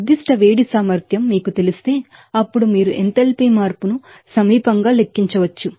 specific heat capacity మీకు తెలిస్తే అప్పుడు మీరు ఎంథాల్పీ మార్పును సమీపంగా లెక్కించవచ్చు